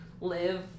live